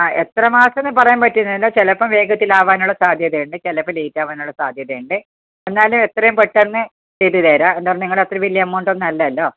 ആ എത്ര മാസം എന്ന് പറയാൻ പറ്റുന്നില്ല ചിലപ്പോൾ വേഗത്തിൽ ആവാനുള്ള സാധ്യതയുണ്ട് ചിലപ്പോൾ ലേറ്റ് ആകാനുള്ള സാധ്യതയുണ്ട് എന്നാലും എത്രയും പെട്ടെന്ന് ചെയ്തു തരാം എന്ന് പറഞ്ഞാൽ നിങ്ങളുടെ അത്രയും വലിയ എമൗണ്ട് ഒന്നുമല്ലല്ലോ